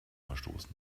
verstoßen